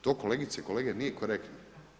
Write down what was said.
To kolegice i kolege nije korektno.